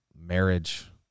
marriage